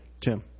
Tim